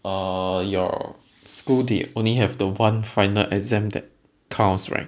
uh your school they only have the one final exam that counts right